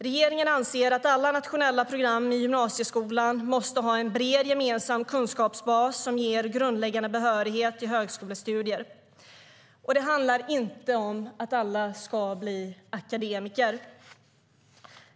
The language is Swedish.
Regeringen anser att alla nationella program i gymnasieskolan måste ha en bred gemensam kunskapsbas som ger grundläggande behörighet till högskolestudier. Det handlar inte om att alla ska bli akademiker.